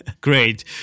Great